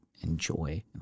enjoy